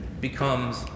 becomes